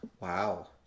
wow